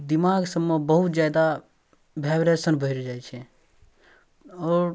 दिमागसबमे बहुत जादा वाइब्रेशन बढ़ि जाइ छै आओर